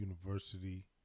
University